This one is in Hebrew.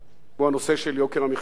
והוא הנושא של יוקר המחיה בישראל.